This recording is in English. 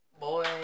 Boy